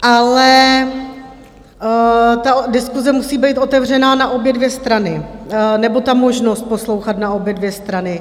Ale diskuse musí být otevřená na obě dvě strany, nebo ta možnost poslouchat, na obě dvě strany.